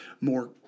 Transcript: more